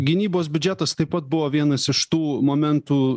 gynybos biudžetas taip pat buvo vienas iš tų momentų